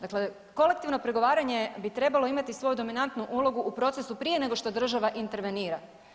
Dakle, kolektivno pregovaranje bi trebalo imati svoju dominantnu ulogu u procesu prije nego što država intervenira.